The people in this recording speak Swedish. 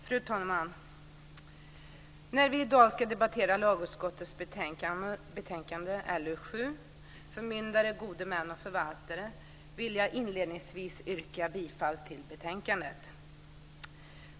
Fru talman! När vi i dag ska debattera lagutskottets betänkande LU7, Förmyndare, gode män och förvaltare, vill jag inledningsvis yrka bifall till utskottets förslag i betänkandet.